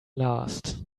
last